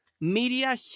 Media